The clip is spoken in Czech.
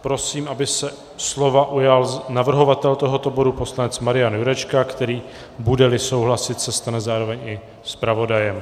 Prosím, aby se slova ujal navrhovatel tohoto bodu poslanec Marian Jurečka, který, budeli souhlasit, se stane zároveň i zpravodajem.